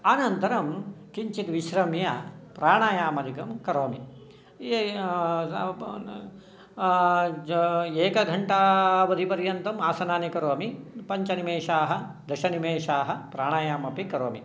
अनन्तरं किञ्चित् विश्रम्य प्राणायामादिकं करोमि एकघण्टावधिपर्यन्तम् आसनानि करोमि पञ्चनिमेषाः दशनिमेषाः प्राणायाममपि करोमि